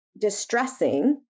distressing